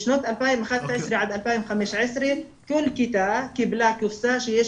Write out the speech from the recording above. בשנים 2011 עד 2015 כל כיתה קיבלה קופסה שיש